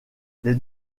les